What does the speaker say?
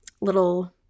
little